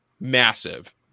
massive